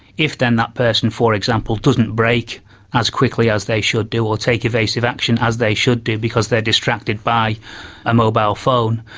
if then that person, for example, doesn't brake as quickly as they should do or take evasive action as they should do because they are distracted by a mobile phone,